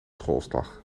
schoolslag